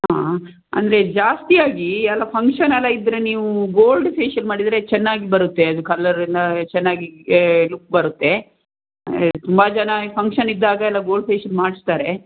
ಹಾಂ ಅಂದರೆ ಜಾಸ್ತಿಯಾಗಿ ಎಲ್ಲ ಫಂಕ್ಷನ್ನೆಲ್ಲ ಇದ್ದರೆ ನೀವು ಗೋಲ್ಡ್ ಫೇಶಿಯಲ್ ಮಾಡಿದರೆ ಚೆನ್ನಾಗಿ ಬರುತ್ತೆ ಅದು ಕಲರ್ ಎಲ್ಲ ಚೆನ್ನಾಗಿ ಲುಕ್ ಬರುತ್ತೆ ತುಂಬ ಜನ ಫಂಕ್ಷನ್ ಇದ್ದಾಗ ಎಲ್ಲ ಗೋಲ್ಡ್ ಫೇಶಿಯಲ್ ಮಾಡಿಸ್ತಾರೆ